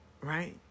Right